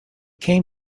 came